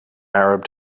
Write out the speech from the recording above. arab